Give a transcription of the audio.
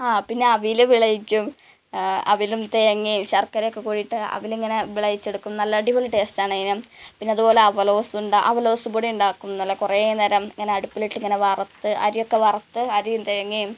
ആ പിന്നെ അവിൽ വിളയിക്കും അവിലും തെങ്ങ ശർക്കരയൊക്കെ കൂടി ഇട്ടിട്ട് അവലിങ്ങനെ വിളയിച്ചെടുക്കും നല്ല അടിപൊളി ടേസ്റ്റാണെന്ന് പിന്നെ അതുപോലെ അവലോസുണ്ട അവലോസ്സ് പൊടിയുണ്ടാക്കും നല്ല കുറേ നേരം ഇങ്ങനെ അടുപ്പിലിട്ടിങ്ങനെ വറുത്ത് അരിയൊക്കെ വറുത്ത് അരിയും തേങ്ങയും